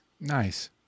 Nice